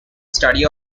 study